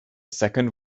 second